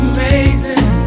Amazing